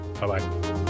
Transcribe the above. Bye-bye